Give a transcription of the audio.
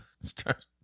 start